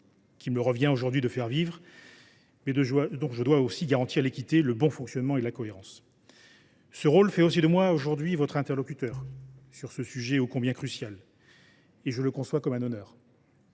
qu’il me revient aujourd’hui de faire vivre, mais dont je dois aussi garantir l’équité, le bon fonctionnement et la cohérence. Ce rôle fait aussi de moi, aujourd’hui, votre interlocuteur sur ce sujet ô combien crucial. Je conçois ce rôle comme un honneur.